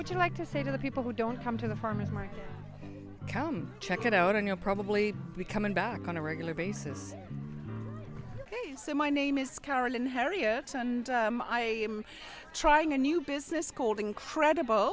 would you like to say to the people who don't come to the farmer's market come check it out and you'll probably be coming back on a regular basis ok so my name is carolyn harriet and i am trying a new business called incredible